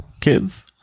kids